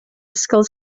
ysgol